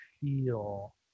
feel